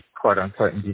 quote-unquote